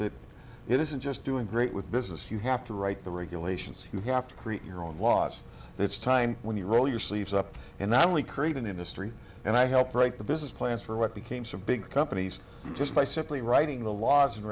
that it isn't just doing great with business you have to write the regulations you have to create your own laws it's time when you roll your sleeves up and not only create an industry and i helped write the business plans for what became some big companies just by simply writing the laws and